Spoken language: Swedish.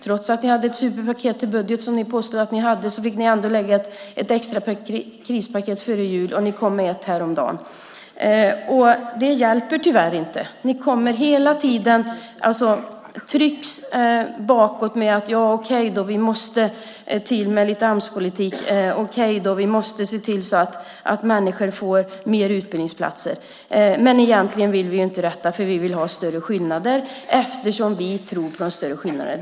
Trots att ni hade ett superpaket till budget, som ni påstod att ni hade, fick ni ändå lägga fram ett extra krispaket före jul, och ni kom med ett häromdagen. Och det hjälper tyvärr inte. Ni trycks hela tiden bakåt och säger: Okej då, vi måste till med lite Amspolitik. Okej då, vi måste se till att människor får mer utbildningsplatser. Men egentligen vill vi inte detta, för vi vill ha större skillnader eftersom vi tror på större skillnader.